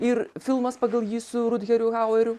ir filmas pagal jį su rudheriu haueriu